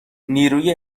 نیروی